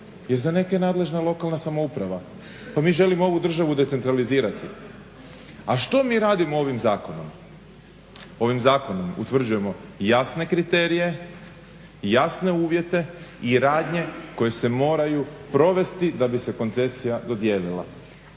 jer za neke je nadležna lokalna samouprava. Pa mi želimo ovu državu decentralizirati. A što mi radimo ovim zakonom? Ovim zakonom utvrđujemo jasne kriterije, jasne uvjete i radnje koje se moraju provesti da bi se koncesija dodijelila.